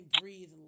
breathe